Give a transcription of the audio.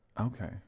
Okay